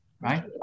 right